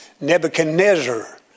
Nebuchadnezzar